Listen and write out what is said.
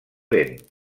vent